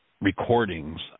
recordings